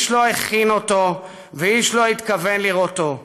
איש לא הכין אותו ואיש לא התכונן לראותו,